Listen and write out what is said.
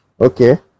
Okay